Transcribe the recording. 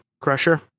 Crusher